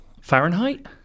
Fahrenheit